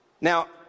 Now